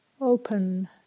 open